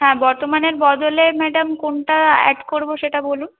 হ্যাঁ বর্তমানের বদলে ম্যাডাম কোনটা অ্যাড করবো সেটা বলুন